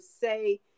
say